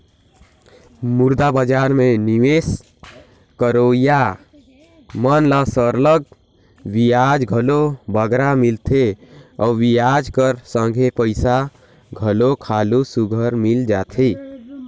मुद्रा बजार में निवेस करोइया मन ल सरलग बियाज घलो बगरा मिलथे अउ बियाज कर संघे पइसा घलो हालु सुग्घर मिल जाथे